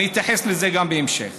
ואתייחס לזה גם בהמשך,